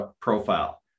profile